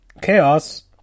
Chaos